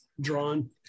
drawn